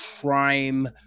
crime